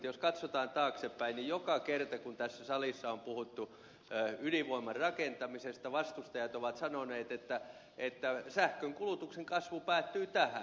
jos katsotaan taaksepäin niin joka kerta kun tässä salissa on puhuttu ydinvoiman rakentamisesta vastustajat ovat sanoneet että sähkön kulutuksen kasvu päättyy tähän